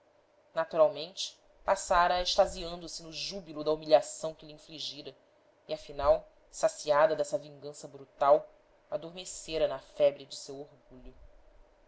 agonia naturalmente passara a extasiando se no júbilo da humilhação que lhe infligira e afinal saciada dessa vingança brutal adormecera na febre de seu or gulho